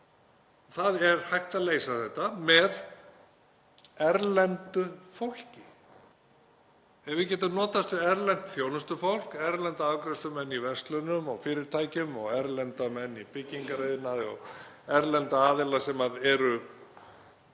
Það er hægt að leysa þetta með erlendu fólki. Ef við getum notast við erlent þjónustufólk, erlenda afgreiðslumenn í verslunum og fyrirtækjum og erlenda menn í byggingariðnaði og erlenda aðila sem eru